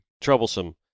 troublesome